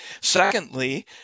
Secondly